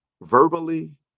verbally